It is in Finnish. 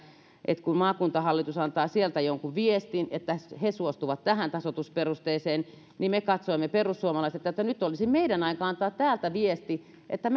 että kun maakuntahallitus antaa sieltä jonkun viestin että he suostuvat tähän tasoitusperusteeseen niin katsoimme että nyt olisi meidän aika antaa täältä viesti että